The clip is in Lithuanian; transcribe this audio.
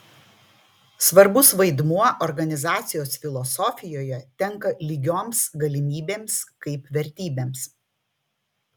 svarbus vaidmuo organizacijos filosofijoje tenka lygioms galimybėms kaip vertybėms